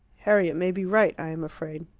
harriet may be right, i am afraid.